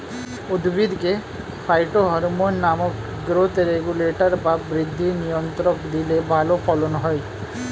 উদ্ভিদকে ফাইটোহরমোন নামক growth regulator বা বৃদ্ধি নিয়ন্ত্রক দিলে ভালো ফলন হয়